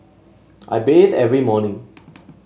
I bathe every morning